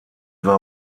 war